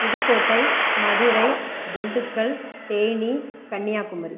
Pudukkottai Madurai Dindigul Theni Kanyakumari